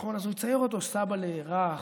הוא יצייר סבא'לה רך,